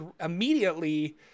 immediately